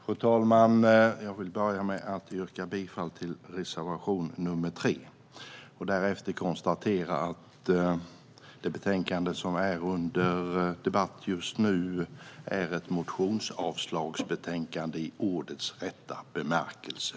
Fru talman! Jag vill börja med att yrka bifall till reservation 3. Därefter konstaterar jag att det betänkande som debatteras just nu är ett motionsavslagsbetänkande i ordets rätta bemärkelse.